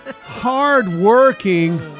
hardworking